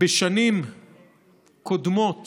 בשנים קודמות